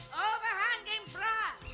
overhanging branch.